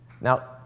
Now